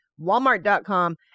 Walmart.com